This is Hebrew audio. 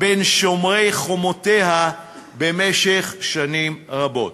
עם שומרי חומותיה במשך שנים רבות.